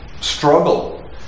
struggle